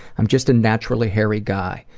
i'm just a naturally hairy guy.